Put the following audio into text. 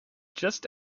just